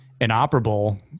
inoperable